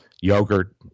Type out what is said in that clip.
Yogurt